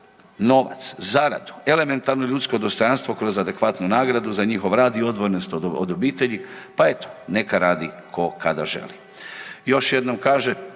novac, zaradu, elementarno ljudsko dostojanstvo kroz adekvatnu nagradu za njihov i odvojenost od obitelji, pa eto, neka radi tko kada želi. Još jednom kaže,